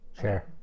Sure